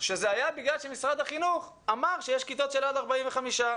שזה היה בגלל שמשרד החינוך אמר שיש כיתות של עד 45 ילדים.